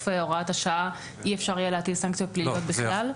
הוראת השעה אי אפשר יהיה להטיל סנקציות פליליות בכלל?